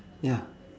yeah